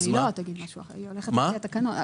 אבל היא לא תגיד משהו אחר, היא הולכת לפי התקנון.